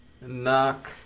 Knock